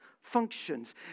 functions